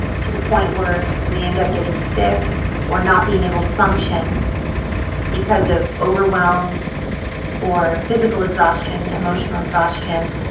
to the point where we end up getting sick or not being able to function because of overwhelm or physical exhaustion, emotional exhaustion.